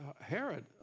Herod